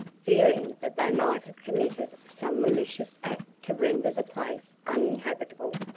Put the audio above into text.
fearing that they might have committed some malicious act to render the place uninhabitable,